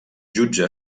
jutge